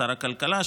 שר הכלכלה,